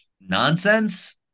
nonsense